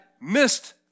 missed